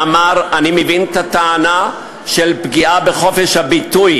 שאמר: אני מבין את הטענה של פגיעה בחופש הביטוי,